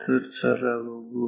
तर चला बघू